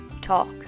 Talk